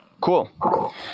Cool